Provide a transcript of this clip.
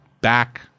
back